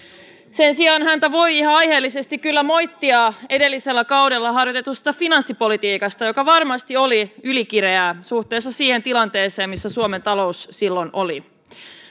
sen sijaan häntä voi kyllä ihan aiheellisesti moittia edellisellä kaudella harjoitetusta finanssipolitiikasta joka varmasti oli ylikireää suhteessa siihen tilanteeseen missä suomen talous silloin oli